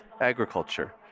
agriculture